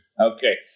Okay